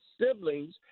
siblings